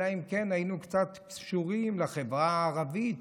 אלא אם כן היינו קצת קשורים לחברה הערבית,